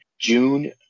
June